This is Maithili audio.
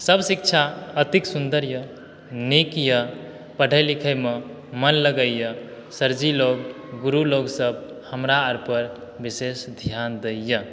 सभ शिक्षा अतिक सुन्दर यऽ नीक यऽ पढ़ै लिखयमे मन लगयए सरजी लोग गुरु लोगसभ हमराअर पर विशेष ध्यान दयए